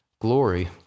glory